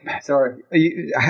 sorry